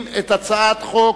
תודה רבה.